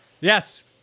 Yes